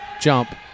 jump